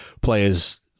players